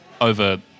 over